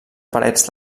parets